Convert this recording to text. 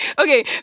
okay